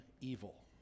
evil